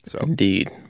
Indeed